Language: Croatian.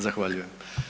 Zahvaljujem.